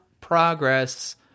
progress